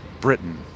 Britain